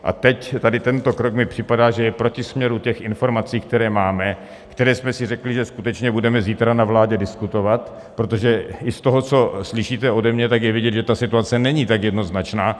A teď tady tento krok mi připadá, že je proti směru informací, které máme, které jsme si řekli, že skutečně budeme zítra na vládě diskutovat, protože i z toho, co slyšíte ode mě, tak je vidět, že ta situace není tak jednoznačná.